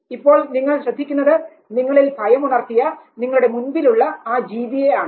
ഇപ്പോൾ നിങ്ങൾ ശ്രദ്ധിക്കുന്നത് നിങ്ങളിൽ ഭയം ഉണർത്തിയ നിങ്ങളുടെ മുൻപിലുള്ള ആ ജീവിയെ ആണ്